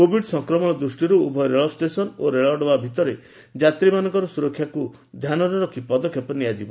Covid ସଂକ୍ରମଣ ଦୃଷ୍ଟିରୁ ଉଭୟ ରେଳଷ୍ଟେସନ ଓ ରେଳ ଡବା ଭିତରେ ଯାତ୍ରୀମାନଙ୍କ ସୁରକ୍ଷାକୁ ଧ୍ୟାନରେ ରଖି ପଦକ୍ଷେପ ନିଆଯିବ